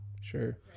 sure